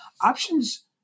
options